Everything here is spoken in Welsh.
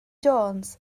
jones